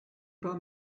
pas